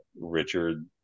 Richard